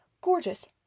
gorgeous